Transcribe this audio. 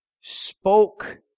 spoke